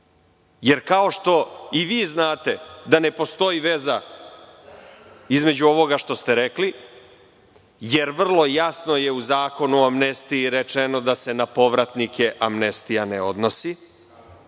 Kao što i vi znate da ne postoji veza između ovoga što ste rekli, jer vrlo jasno je u Zakonu o amnestiji rečeno da se na povratnike amnestija ne odnosi,